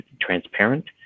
transparent